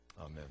Amen